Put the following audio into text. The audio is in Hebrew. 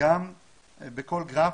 בכל גרף,